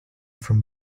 from